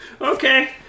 okay